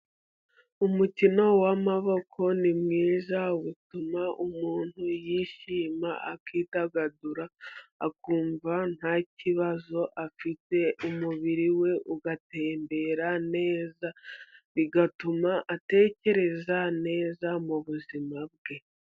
Umukino w'amaboko ni mwiza utuma umuntu yishima akidagadura, akumva nta kibazo afite umubiri we ugatembera neza, bigatuma atekereza neza mubuzima bwe.